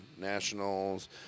Nationals